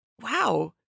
wow